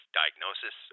diagnosis